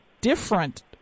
different